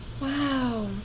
Wow